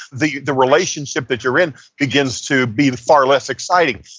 the the relationship that you're in begins to be far less exciting.